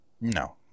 No